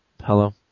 Hello